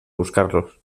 buscarlos